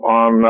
on